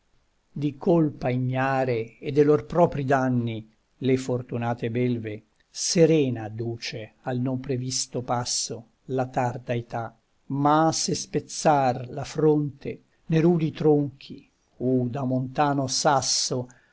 di colpa ignare e de lor proprii danni le fortunate belve serena adduce al non previsto passo la tarda età ma se spezzar la fronte ne rudi tronchi o da montano sasso